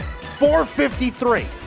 453